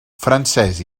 francès